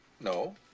No